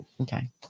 Okay